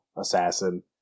assassin